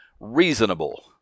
reasonable